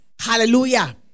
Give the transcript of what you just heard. Hallelujah